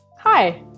Hi